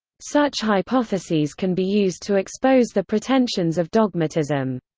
such hypotheses can be used to expose the pretensions of dogmatism.